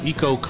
Eco